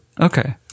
Okay